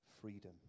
freedom